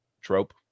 trope